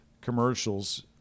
commercials